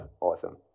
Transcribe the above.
awesome